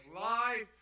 life